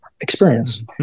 experience